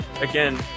Again